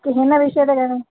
की हिन विषय ते ॻाल्हाए